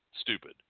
stupid